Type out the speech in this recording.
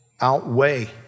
outweigh